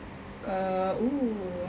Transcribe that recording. ka~ oo